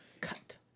Cut